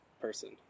person